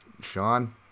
Sean